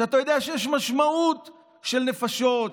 כשאתה יודע שיש משמעות של נפשות,